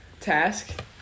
task